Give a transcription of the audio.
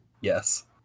Yes